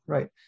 Right